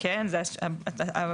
כן, זה הצעד הבא.